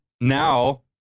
Now